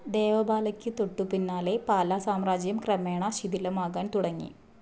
ദേവപാലയ്ക്ക് തൊട്ടുപിന്നാലെ പാലാ സാമ്രാജ്യം ക്രമേണ ശിഥിലമാകാൻ തുടങ്ങി